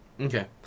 Okay